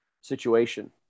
situation